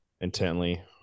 Intently